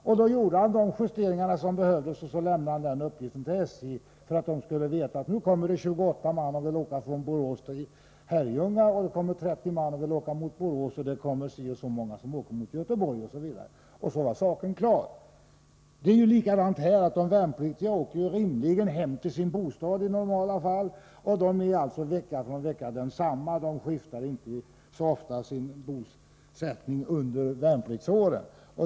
Då gjorde kompaniadjutanten de justeringar som behövdes, och så lämnade han uppgifterna till SJ för att man där skulle få veta att det kommer 28 man som vill åka från Borås till Herrljunga, 30 man som vill åka mot Borås, så och så många som vill åka mot Göteborg, osv. Så var saken klar. Det är ju likadant nu — de värnpliktiga åker rimligen hem till sin bostad i normala fall. De är alltså desamma från vecka till vecka. De värnpliktiga skiftar inte så ofta sin bosättning under värnpliktsåren.